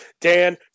Dan